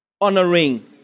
honoring